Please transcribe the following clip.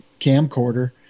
camcorder